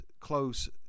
close